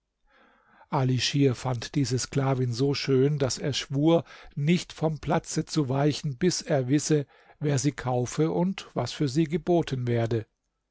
ali schir fand diese sklavin so schön daß er schwur nicht vom platze zu weichen bis er wisse wer sie kaufe und was für sie geboten werde